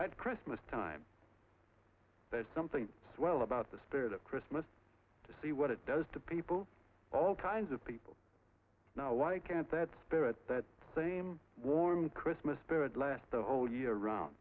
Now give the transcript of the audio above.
at christmas time there's something well about the spirit of christmas to see what it does to people all kinds of people now why can't that spirit that same warm christmas spirit lead the whole year around